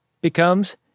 becomes